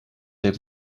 dit